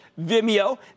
Vimeo